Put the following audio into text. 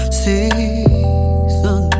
season